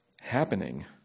happening